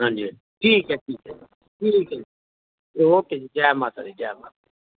हां जी हां जी ठीक ऐ ठीक ऐ जी ठीक ऐ जी ओके जी जै माता दी जै माता दी